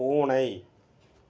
பூனை